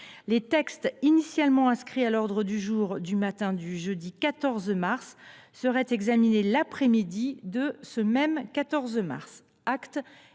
Les textes initialement inscrits à l’ordre du jour du matin du jeudi 14 mars seraient examinés l’après midi de ce même 14 mars.